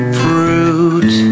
fruit